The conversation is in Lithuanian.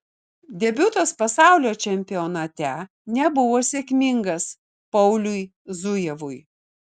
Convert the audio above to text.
debiutas pasaulio čempionate nebuvo sėkmingas pauliui zujevui